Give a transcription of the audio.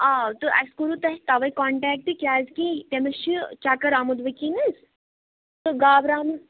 آ تہٕ اَسہِ کورو تۄہہِ تَوے کنٹیکٹ کیازِ کہِ تٔمس چھُ چَکر آمُت وٕنکٮ۪نس تہٕ گابراونہٕ